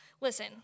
Listen